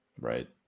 right